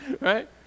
right